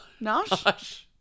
Nosh